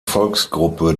volksgruppe